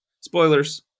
Spoilers